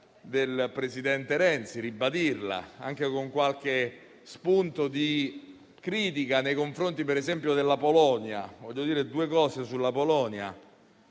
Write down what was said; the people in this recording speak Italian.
del presidente Renzi, ribadita anche con qualche spunto di critica nei confronti per esempio della Polonia. Vorrei dire due cose sulla Polonia,